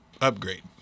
upgrade